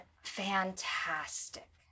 Fantastic